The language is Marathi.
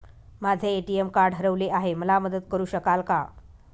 माझे ए.टी.एम कार्ड हरवले आहे, मला मदत करु शकाल का?